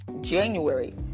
January